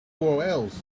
urls